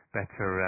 better